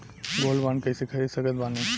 Gold bond कईसे खरीद सकत बानी?